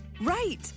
Right